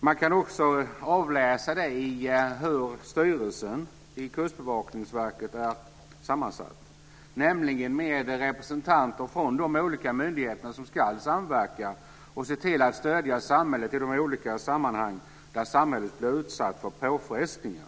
Man kan också avläsa det i hur styrelsen i Kustbevakningsverket är sammansatt, nämligen med representanter från de olika myndigheter som ska samverka och se till att stödja samhället i de olika sammanhang där samhället blir utsatt för påfrestningar.